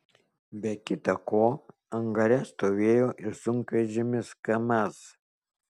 be kita ko angare stovėjo ir sunkvežimis kamaz